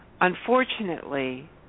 unfortunately